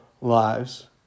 lives